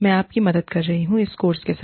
मैं आपकी मदद कर रही हूँ इस कोर्स के साथ